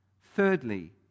Thirdly